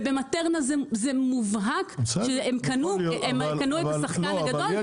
ובמטרנה זה מובהק שקנו את השחקן הגדול,